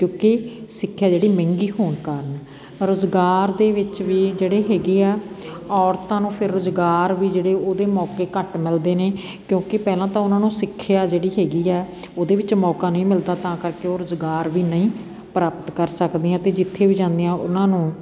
ਕਿਉਂਕਿ ਸਿੱਖਿਆ ਜਿਹੜੀ ਮਹਿੰਗੀ ਹੋਣ ਕਾਰਨ ਰੁਜ਼ਗਾਰ ਦੇ ਵਿੱਚ ਵੀ ਜਿਹੜੇ ਹੈਗੇ ਆ ਔਰਤਾਂ ਨੂੰ ਫਿਰ ਰੁਜ਼ਗਾਰ ਵੀ ਜਿਹੜੇ ਉਹਦੇ ਮੌਕੇ ਘੱਟ ਮਿਲਦੇ ਨੇ ਕਿਉਂਕਿ ਪਹਿਲਾਂ ਤਾਂ ਉਹਨਾਂ ਨੂੰ ਸਿੱਖਿਆ ਜਿਹੜੀ ਹੈਗੀ ਹੈ ਉਹਦੇ ਵਿੱਚ ਮੌਕਾ ਨਹੀਂ ਮਿਲਦਾ ਤਾਂ ਕਰਕੇ ਉਹ ਰੁਜ਼ਗਾਰ ਵੀ ਨਹੀਂ ਪ੍ਰਾਪਤ ਕਰ ਸਕਦੀਆਂ ਅਤੇ ਜਿੱਥੇ ਵੀ ਜਾਂਦੀਆਂ ਉਹਨਾਂ ਨੂੰ